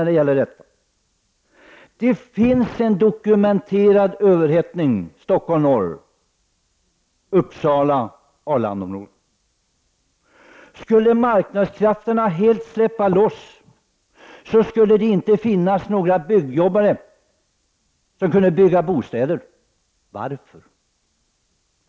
Det finns en dokumenterad överhettning i de norra delarna av Stockholm, Uppsala och Arlanda-området. Om marknadskrafterna helt skulle släppas loss, skulle det inte finnas några byggjobbare som kunde bygga bostäder. Varför?